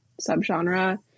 subgenre